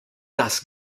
das